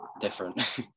different